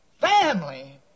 family